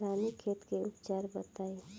रानीखेत के उपचार बताई?